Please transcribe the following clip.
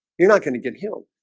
you're not going to get healed